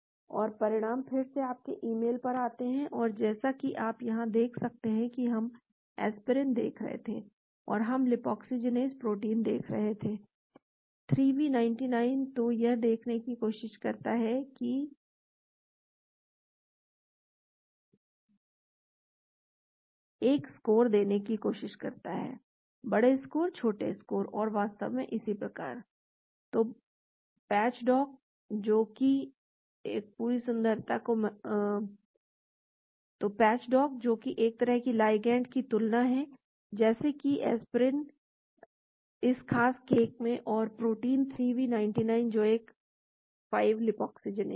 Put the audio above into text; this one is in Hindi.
और परिणाम फिर से आपके ईमेल पर आते हैं और जैसा कि आप यहाँ देख सकते हैं कि हम एस्पिरिन देख रहे थे और हम 5 लाइपोक्सिनेज प्रोटीन देख रहे थे 3v99 तो यह देखने की कोशिश करता है और एक स्कोर देने की कोशिश करता है बड़े स्कोर छोटे स्कोर और वास्तव में इसी प्रकार तो पैच डॉक जो कि एक तरह की लाइगैंड की तुलना है जैसे की एस्पिरिन इस खास केस में और प्रोटीन 3v99 जो एक 5 लाइपोक्सिनेज है